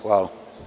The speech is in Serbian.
Hvala.